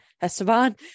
Esteban